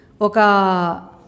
Oka